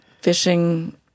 fishing